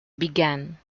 began